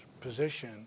position